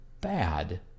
bad